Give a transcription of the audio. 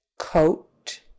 coat